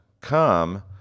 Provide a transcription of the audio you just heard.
come